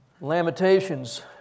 Lamentations